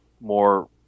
more